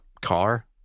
car